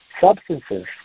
substances